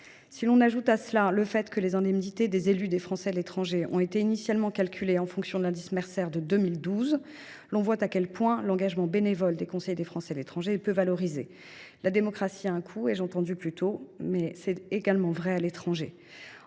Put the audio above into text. Si l’on ajoute à cela le fait que les indemnités des élus des Français de l’étranger ont été initialement calculées en fonction de l’indice Mercer de 2012, on voit à quel point l’engagement bénévole des conseillers des Français de l’étranger est peu valorisé. « La démocratie a un coût », ai je entendu ici. C’est également vrai à l’étranger.